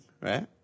right